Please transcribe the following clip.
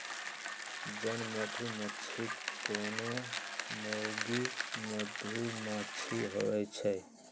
जन मधूमाछि कोनो मौगि मधुमाछि होइ छइ